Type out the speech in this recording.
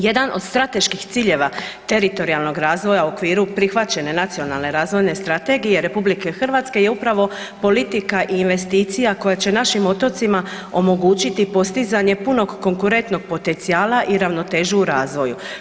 Jedan od strateških ciljeva teritorijalnog razvoja u okviru prihvaćane Nacionalne razvojne strategije RH je upravo politika i investicija koja će našim otocima omogućiti postizanje punog konkurentnog potencijala i ravnotežu u razvoju.